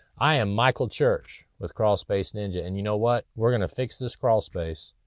i am michael church with crawl space ninja, and you know what, we're gonna fix this crawl space.